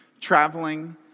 traveling